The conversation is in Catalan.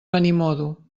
benimodo